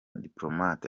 diplomate